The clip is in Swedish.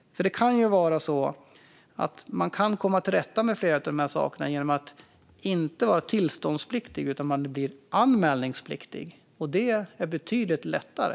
Det kan vara så att vi kan komma till rätta med de här sakerna genom att man inte är tillståndspliktig utan blir anmälningspliktig. Det är betydligt lättare.